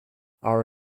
are